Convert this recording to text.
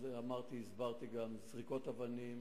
אמרתי וגם הסברתי: זריקות אבנים,